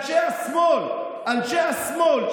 כאילו אתה לא יודע שאנשי השמאל,